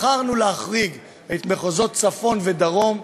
בחרנו להחריג את מחוזות הצפון והדרום,